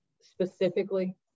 specifically